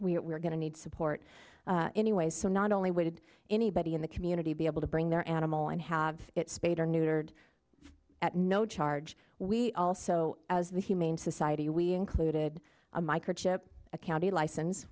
're going to need support anyways so not only would anybody in the community be able to bring their animal and have it spayed or neutered at no charge we also as the humane society we included a microchip a county license